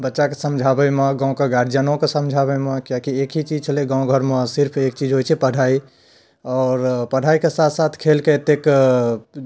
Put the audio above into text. बच्चा कऽ समझाबैमे गाँव कऽ गार्जियनोके समझाबैमे किएकि एक ही चीज छलै गाँव घरमे सिर्फ एक चीज होइत छलै पढ़ाइ आओर पढ़ाइके साथ साथ खेल कऽ एतेक